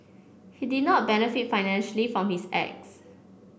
he did not benefit financially from his acts